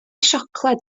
siocled